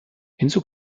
hinzu